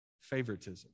favoritism